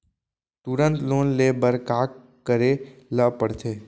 तुरंत लोन ले बर का करे ला पढ़थे?